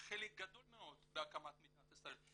חלק גדול מאוד בהקמת מדינת ישראל,